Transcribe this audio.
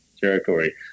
territory